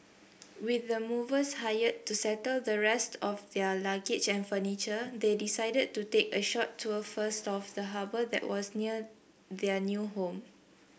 with the movers hired to settle the rest of their luggage and furniture they decided to take a short tour first of the harbour that was near their new home